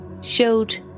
showed